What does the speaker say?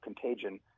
contagion